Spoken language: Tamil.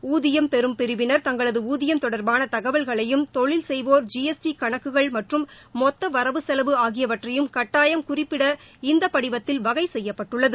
ஊதியம் பெறும் பிரிவினா் தங்களது ஊதியம் தொடர்பான தகவல்களையும் தொழில் செய்வோர் ஜிஎஸ்டி கணக்குகள் மற்றும் மொத்த வரவுசெலவு ஆகியவற்றையும் கட்டாயம் குறிப்பிட இந்த படிவத்தில் வகை செய்யப்பட்டுள்ளது